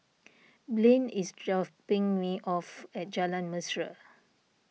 Blane is dropping me off at Jalan Mesra